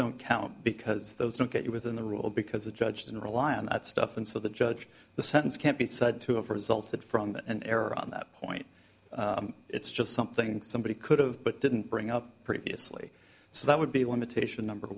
don't count because those don't get within the rule because the judge didn't rely on that stuff and so the judge the sentence can't be said to have resulted from an error on that point it's just something somebody could have but didn't bring up previously so that would be a limitation number